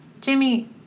Jimmy